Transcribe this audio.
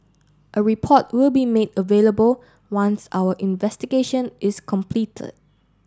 a report will be made available once our investigation is completed